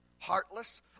heartless